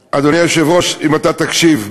היושב-ראש, אם אתה תקשיב,